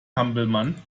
hampelmann